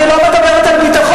אני לא מדברת על ביטחון,